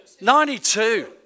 92